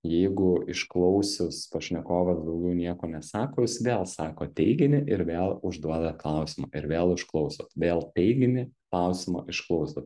jeigu išklausius pašnekovas daugiau nieko nesako jūs vėl sakot teiginį ir vėl užduodat klausimą ir vėl išklausot vėl teiginį klausimą išklausot